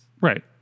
right